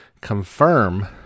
confirm